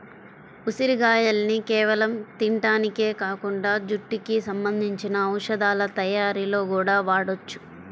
ఉసిరిగాయల్ని కేవలం తింటానికే కాకుండా జుట్టుకి సంబంధించిన ఔషధాల తయ్యారీలో గూడా వాడొచ్చు